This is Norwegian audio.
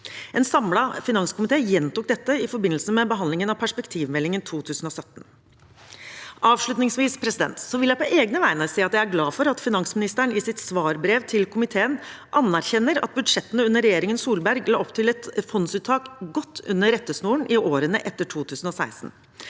En samlet finanskomité gjentok dette i forbindelse med behandlingen av perspektivmeldingen 2017. Avslutningsvis vil jeg på egne vegne si at jeg er glad for at finansministeren i sitt svarbrev til komiteen anerkjenner at budsjettene under regjeringen Solberg la opp til et fondsuttak godt under rettesnoren i årene etter 2016.